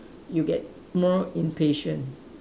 you get more impatient